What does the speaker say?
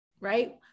right